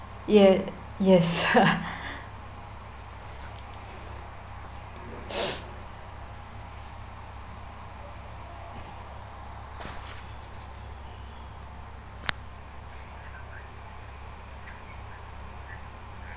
ya yes